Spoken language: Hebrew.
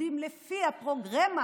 עובדים עכשיו לפי הפרוגרמה